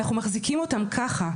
אנחנו מחזיקים אותם ככה,